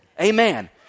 Amen